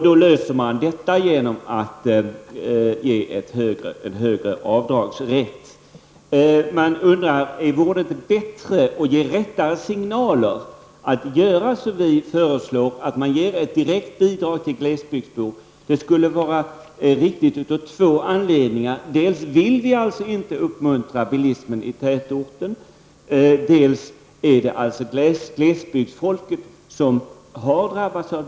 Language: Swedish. Då löser regeringen detta alltså genom att ge rätt till större avdrag. Vore det inte bättre och ge rättare signaler att göra så som vi har föreslagit, att ge ett direkt bidrag till glesbygdsborna? Det skulle vara riktigare av två anledningar: dels vill vi inte uppmuntra bilismen i tätorterna, dels är det alltså glesbygdsfolk som har drabbats värst.